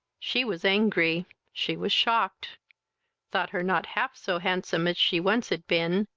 she was angry she was shocked thought her not half so handsome as she once had been,